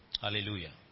Hallelujah